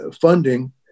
funding